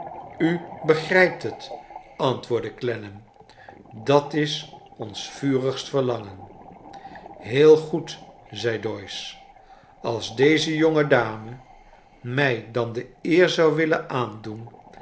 u begrijpt het antwoordde clennam dat is ons vurigst verlangen heel goed zei doyce als deze jonge dame mij dan de eer zou willen aandoen